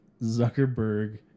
Zuckerberg